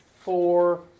four